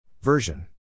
Version